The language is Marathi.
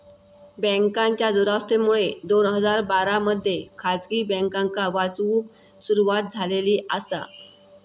बँकांच्या दुरावस्थेमुळे दोन हजार बारा मध्ये खासगी बँकांका वाचवूक सुरवात झालेली आसा